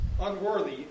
unworthy